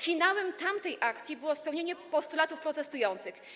Finałem tamtej akcji było spełnienie postulatów protestujących.